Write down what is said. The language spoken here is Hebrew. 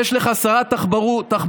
יש לך שרת תחבורה,